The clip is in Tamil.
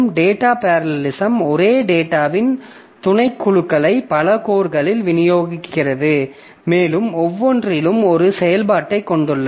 டேட்டா பேரலலிசம் ஒரே டேட்டாவின் துணைக்குழுக்களை பல கோர்களில் விநியோகிக்கிறது மேலும் ஒவ்வொன்றிலும் ஒரே செயல்பாட்டைக் கொண்டுள்ளது